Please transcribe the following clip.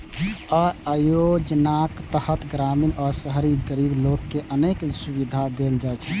अय योजनाक तहत ग्रामीण आ शहरी गरीब लोक कें अनेक सुविधा देल जाइ छै